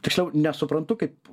tiksliau nesuprantu kaip